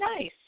nice